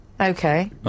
okay